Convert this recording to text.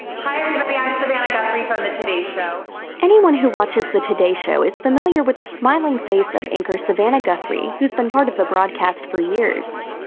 hi everybody i'm savannah guthrie from the today show anyone who watches the today show is familiar with the smiling face of anchor savannah guthrie, who has been part of the broadcast for years.